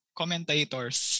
commentators